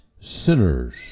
sinners